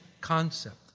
concept